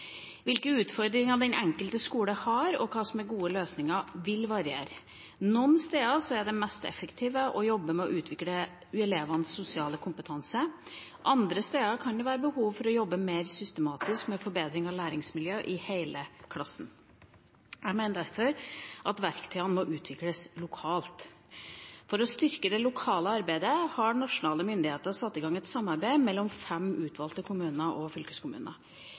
Hvilke utfordringer den enkelte skole har, og hva som er gode løsninger, vil variere. Noen steder vil det mest effektive være å jobbe med å utvikle elevens sosiale kompetanse. Andre steder kan det være behov for å jobbe mer systematisk med forbedring av læringsmiljøet i hele klassen. Jeg mener derfor at verktøyene må utvikles lokalt. For å styrke det lokale arbeidet har nasjonale myndigheter satt i gang et samarbeid mellom fem utvalgte kommuner og fylkeskommuner.